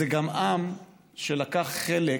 זה גם עם שלקח חלק